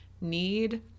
need